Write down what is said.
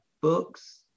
books